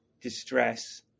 distress